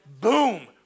Boom